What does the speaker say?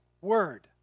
word